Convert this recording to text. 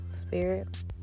spirit